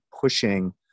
pushing